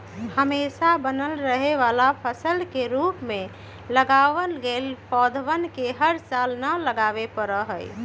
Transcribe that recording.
हमेशा बनल रहे वाला फसल के रूप में लगावल गैल पौधवन के हर साल न लगावे पड़ा हई